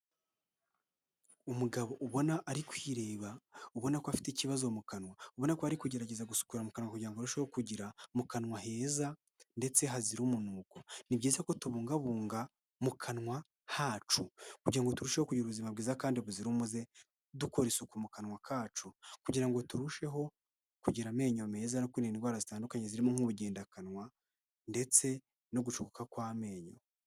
Umugabo ubona ari kwireba ubona ko afite ikibazo mu kanwa ubona ko ari kugerageza gusukura mu kanwa, kugira ngo arusheho kugira mu kanwa heza ndetse hazira umunuko, ni byiza ko tubungabunga mu kanwa hacu kugirango ngo turusheho kugira ubuzima bwiza kandi buzira umuze dukora isuku mu kanwa kacu kugira ngo turusheho kugira amenyo meza no kurinda indwara zitandukanye zirimo nk'ubugendakanwa ndetse no gucukuka kw'amenyo.